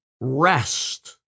rest